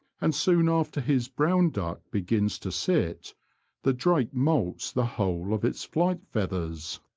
and soon after his brown duck begins to sit the drake moults the whole of its flight feathers.